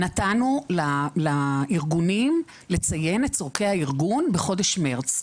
נתנו לארגונים לציין את צרכי הארגון בחודש מרץ.